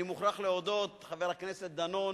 אני מוכרח להודות, חבר הכנסת דנון,